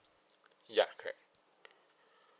ya correct